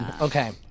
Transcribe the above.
okay